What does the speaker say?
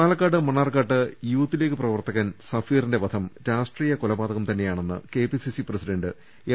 Palakkad Mannarkkad youth league പ്രവർത്തകൻ സഫീറിന്റെ വധം രാഷ്ട്രീയ കൊലപാതകം തന്നെയാണെന്ന് കെപിസിസി പ്രസി ഡന്റ് എം